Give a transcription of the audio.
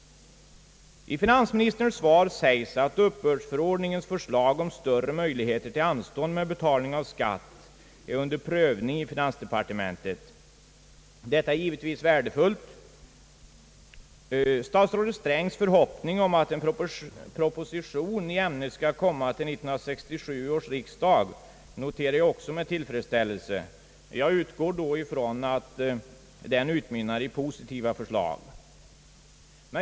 I finansministerns svar sägs att uppbördsförordningens förslag om större möjligheter till anstånd med betalning av skatt är under prövning i finansdepartementet. Detta är givetvis värdefullt. Statsrådet Strängs förhoppningar om att en proposition i ämnet skall komma till 1967 års riksdag noterar jag också med tillfredsställelse. Jag utgår då ifrån att den utmynnar i positiva förslag.